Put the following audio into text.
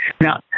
Now